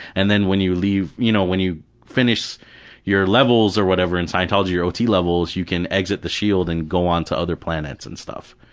and then when you leave, you know when you finish your levels or whatever in scientology, your ot levels you can exit the shield and go onto other planets and stuff.